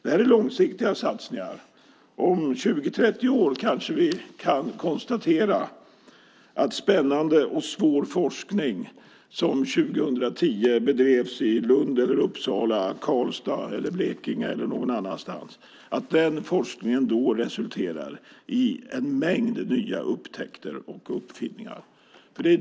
Det här är långsiktiga satsningar. Om 20-30 år kanske vi kan konstatera att spännande och svår forskning, som 2010 bedrevs i Lund, Uppsala, Karlstad, Blekinge eller någon annanstans, resulterar i en mängd nya upptäckter och uppfinningar.